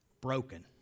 Broken